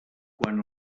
quan